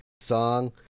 song